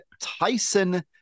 Tyson